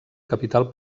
capital